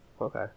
Okay